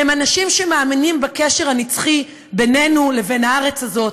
הם אנשים שמאמינים בקשר הנצחי בינינו לבין הארץ הזאת,